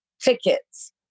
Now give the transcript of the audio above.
tickets